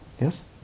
Yes